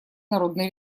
народной